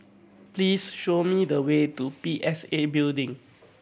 please show me the way to P S A Building